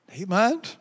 Amen